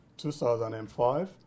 2005